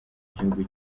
gihugu